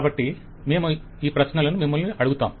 కాబట్టి మేము ఈ ప్రశ్నలు మిమ్మల్ని అడుగుతాం